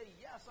yes